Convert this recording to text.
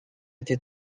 été